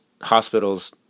hospitals